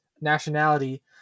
nationality